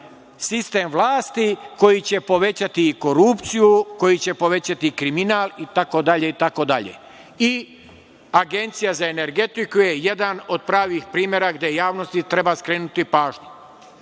sistem vlasti koji će povećati korupciju, koji će povećati kriminal itd. Agencija za energetiku je jedan od pravih primera gde javnosti treba skrenuti pažnju. Mi